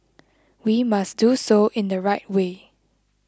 we must do so in the right way